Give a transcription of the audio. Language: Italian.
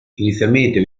inizialmente